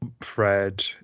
Fred